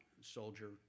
soldier